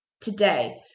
today